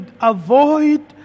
avoid